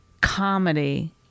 comedy